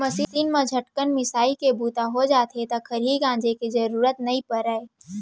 machine म झटकन मिंसाइ के बूता हो जाथे त खरही गांजे के जरूरते नइ परय